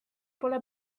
pole